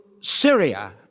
Syria